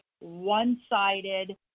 one-sided